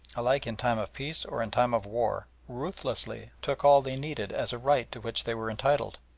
alike in time of peace or in time of war, ruthlessly took all they needed as a right to which they were entitled.